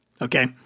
Okay